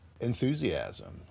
enthusiasm